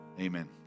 Amen